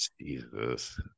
Jesus